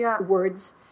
words